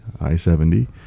I-70